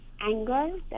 anger